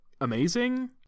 amazing